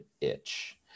itch